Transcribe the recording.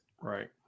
Right